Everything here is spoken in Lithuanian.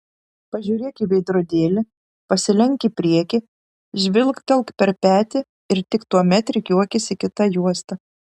pažiūrėk į veidrodėlį pasilenk į priekį žvilgtelk per petį ir tik tuomet rikiuokis į kitą juostą